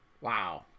Wow